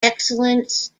excellence